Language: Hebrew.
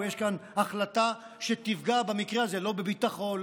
יש כאן החלטה שתפגע במקרה הזה לא בביטחון,